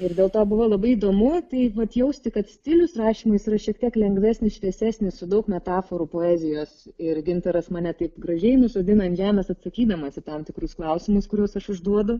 ir dėl to buvo labai įdomu tai vat jausti kad stilius rašymo yra šiek tiek lengvesnis šviesesnis su daug metaforų poezijos ir gintaras mane taip gražiai nusodina ant žemės atsakydamas į tam tikrus klausimus kuriuos aš užduodu